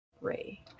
ray